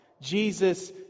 Jesus